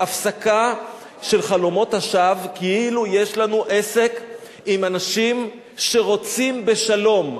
הפסקה של חלומות השווא כאילו יש לנו עסק עם אנשים שרוצים בשלום.